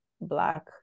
black